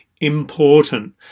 important